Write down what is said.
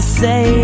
say